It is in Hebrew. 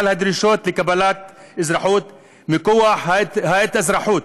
הדרישות לקבלת אזרחות מכוח ההתאזרחות.